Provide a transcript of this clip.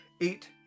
eight